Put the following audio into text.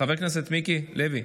חבר הכנסת מיקי לוי,